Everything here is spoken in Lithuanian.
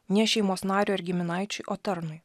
ne šeimos nariui ar giminaičiui o tarnui